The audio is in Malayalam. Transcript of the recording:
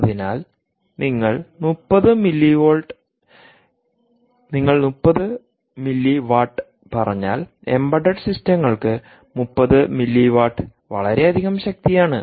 അതിനാൽ നിങ്ങൾ 30 മില്ലി വാട്ട് പറഞ്ഞാൽ എംബഡഡ് സിസ്റ്റങ്ങൾക്ക് 30 മില്ലിവാട്ട് വളരെയധികം ശക്തിയാണ്